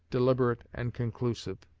deliberate and conclusive.